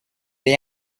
the